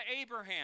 Abraham